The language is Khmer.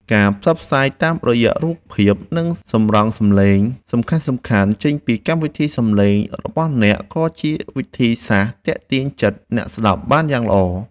ការផ្សព្វផ្សាយតាមរយៈរូបភាព និងសម្រង់សម្តីសំខាន់ៗចេញពីកម្មវិធីសំឡេងរបស់អ្នកក៏ជាវិធីសាស្ត្រទាក់ទាញចិត្តអ្នកស្តាប់បានយ៉ាងល្អ។